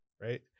right